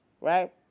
Right